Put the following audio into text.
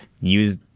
use